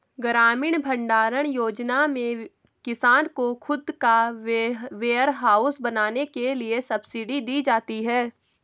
ग्रामीण भण्डारण योजना में किसान को खुद का वेयरहाउस बनाने के लिए सब्सिडी दी जाती है